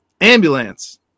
ambulance